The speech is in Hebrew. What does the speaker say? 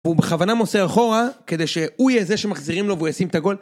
הוא בכוונה מוסר אחורה, כדי שהוא יהיה זה שמחזירים לו והוא ישים את הגול.